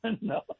No